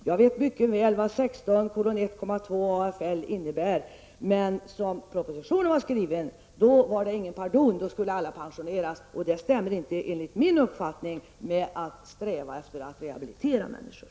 Jag vet mycket väl vad 16:1, 2 a AFL innebär. Men som propositionen var skriven var det ingen pardon, alla skulle pensioneras. Det stämmer inte enligt min uppfattning med strävan efter att rehabilitera människor.